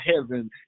heaven